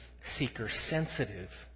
seeker-sensitive